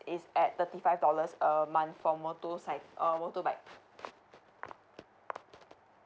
is at thirty five dollars a month for motorcy~ uh motorbike